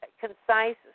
concise